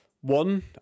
one